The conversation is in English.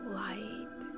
light